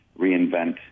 reinvent